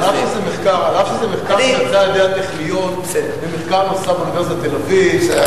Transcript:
אף שזה מחקר שנעשה על-ידי הטכניון ואוניברסיטת תל-אביב.